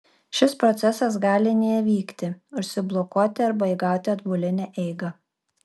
šis procesas gali nevykti užsiblokuoti arba įgauti atbulinę eigą